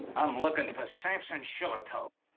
i'm looking for samson shillitoe.